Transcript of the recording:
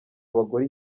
abagore